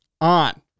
on